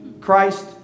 Christ